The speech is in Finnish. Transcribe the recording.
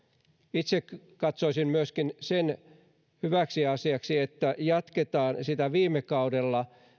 itse katsoisin myöskin sen hyväksi asiaksi että jatketaan sitä viime kaudella